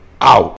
out